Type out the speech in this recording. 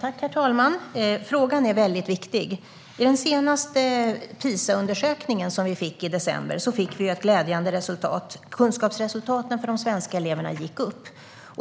Herr talman! Frågan är väldigt viktig. I den senaste PISA-undersökningen, som vi fick i december, kom ett glädjande resultat. Kunskapsresultaten för de svenska eleverna gick upp.